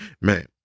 Man